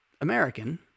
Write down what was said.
american